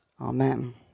Amen